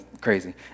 Crazy